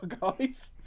guys